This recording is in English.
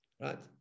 Right